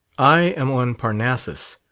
i am on parnassus!